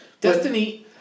Destiny